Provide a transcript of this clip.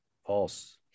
false